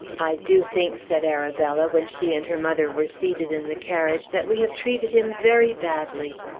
i do think, said arabella, when she and her mother were seated in the carriage, that we have treated him very badly.